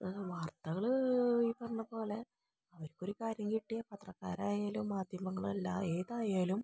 അതായത് വാർത്തകള് ഈ പറഞ്ഞപോലെ അവർക്ക് ഒരു കാര്യം കിട്ടിയാൽ പത്രക്കാരായാലും മാധ്യമങ്ങൾ അല്ല ഏതായാലും